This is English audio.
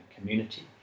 community